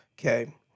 Okay